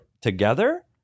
together